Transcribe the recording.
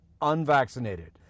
unvaccinated